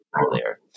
earlier